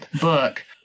book